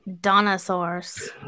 Dinosaurs